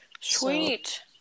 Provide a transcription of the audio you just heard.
Sweet